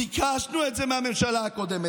ביקשנו את זה מהממשלה הקודמת.